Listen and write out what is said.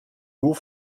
nur